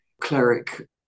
cleric